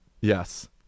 Yes